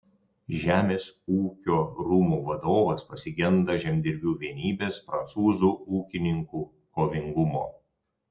žemės ūkio rūmų vadovas pasigenda žemdirbių vienybės prancūzų ūkininkų kovingumo